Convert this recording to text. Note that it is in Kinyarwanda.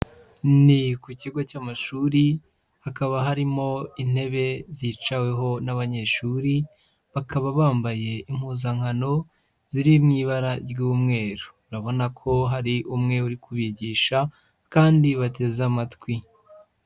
Ni ku kigo cy'amashuri, hakaba harimo intebe zicaweho n'abanyeshuri, bakaba bambaye impuzankano ziri mu ibara ry'umweru. Urabona ko hari umwe uri kubigisha kandi bateze amatwi.